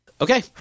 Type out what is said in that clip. Okay